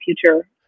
future